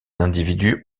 individus